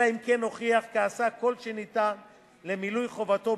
אלא אם כן הוכיח כי עשה כל שניתן למילוי חובתו,